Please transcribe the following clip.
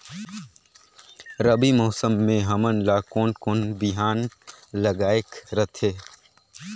रबी मौसम मे हमन ला कोन कोन बिहान लगायेक रथे?